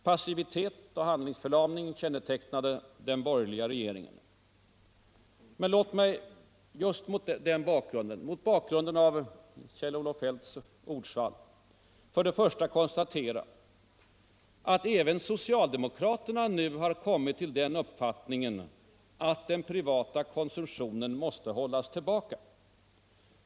Passivitet och handlingsförlamning kännetecknade den borgerliga regeringen. Men låt mig mot bakgrunden av Kjell-Olof Feldts ordsvall för det första konstatera att även socialdemokraterna nu har kommit till den uppfattningen att den privata konsumtionen måste hållas tillbaka.